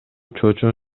чоочун